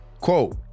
Quote